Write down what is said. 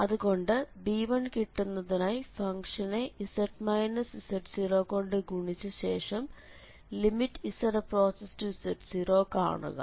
അതുകൊണ്ട് b1കിട്ടുന്നതിനായി ഫംഗ്ഷനെ z z0 കൊണ്ട് ഗുണിച്ചശേഷം limit z→z0 കാണുക